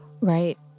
Right